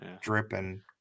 dripping